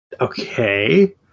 Okay